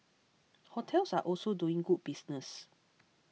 hotels are also doing good business